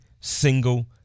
single